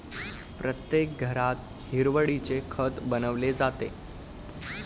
प्रत्येक घरात हिरवळीचे खत बनवले जाते